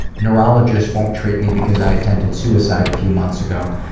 neurologists won't treat me because i attempted suicide a few months ago,